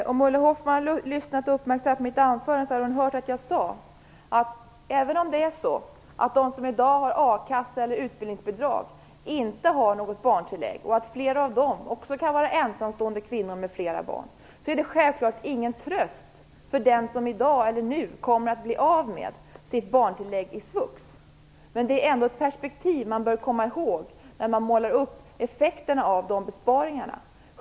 Herr talman! Om Ulla Hoffmann hade lyssnat uppmärksamt på mitt anförande skulle hon ha hört att jag sade att även om de som i dag har a-kassa eller utbildningsbidrag inte har något barntillägg och att flera av dem också kan vara ensamstående kvinnor med flera barn, är det självfallet ingen tröst för den som nu kommer att bli av med sitt barntillägg i svux. Men det är ändå ett perspektiv man bör komma ihåg när man målar upp effekterna av besparingarna.